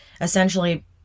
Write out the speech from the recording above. essentially